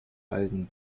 alten